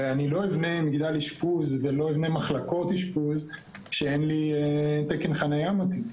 הרי אני לא אבנה מגדל אשפוז ומחלקות אשפוז כשאין לי תקן חניה מתאים.